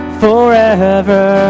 forever